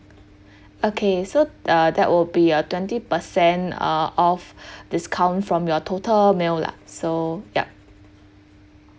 okay so uh that will be uh twenty percent uh off discount from your total meal lah so yup